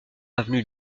avenue